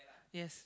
yes